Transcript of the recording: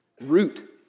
Root